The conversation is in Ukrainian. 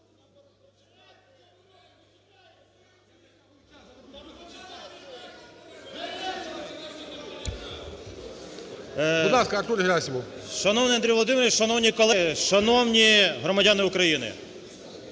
Шановний Андрій Володимирович! Шановні колеги! Шановні громадяни України!